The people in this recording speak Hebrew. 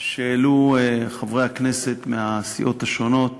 שהעלו חברי הכנסת מהסיעות השונות